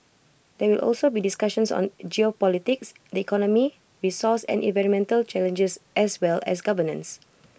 there will also be discussions on geopolitics the economy resource and environmental challenges as well as governance